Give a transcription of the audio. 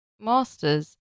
Masters